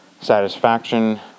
satisfaction